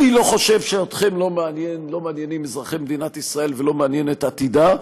אני לא חושב שאתכם לא מעניינים אזרחי מדינת ישראל ולא מעניין עתידה,